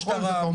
משטרה,